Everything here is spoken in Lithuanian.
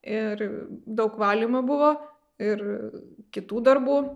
ir daug valymo buvo ir kitų darbų